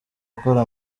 ukora